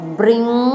bring